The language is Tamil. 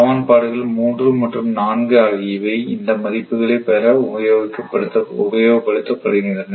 சமன்பாடுகள் 3 மற்றும் 4 ஆகியவை இந்த மதிப்புகளை பெற உபயோகப்படுத்தப்படுகின்றன